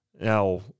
Now